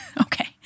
Okay